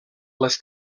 les